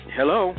Hello